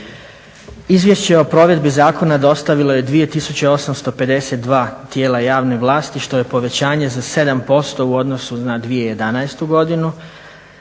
Izvješće o provedbi zakona dostavilo je 2852 tijela javne vlasti što je povećanje za 7% u odnosu na 2011. godinu